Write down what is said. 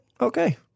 okay